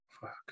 Fuck